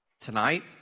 tonight